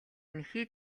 нэхий